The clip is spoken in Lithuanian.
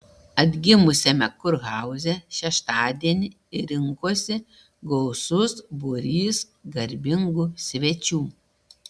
atgimusiame kurhauze šeštadienį rinkosi gausus būrys garbingų svečių